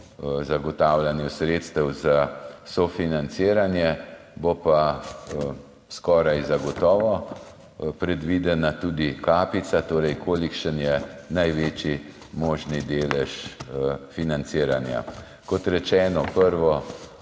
zagotavljanju sredstev za sofinanciranje, bo pa skoraj zagotovo predvidena tudi kapica, torej kolikšen je največji možni delež financiranja. Kot rečeno, prvo